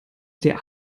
der